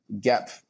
gap